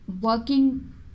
working